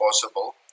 possible